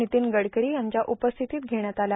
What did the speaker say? नितीन गडकरी यांच्या उपस्थितीत घेण्यात आला